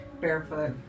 Barefoot